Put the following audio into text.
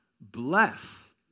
Bless